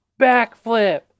backflip